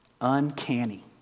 Uncanny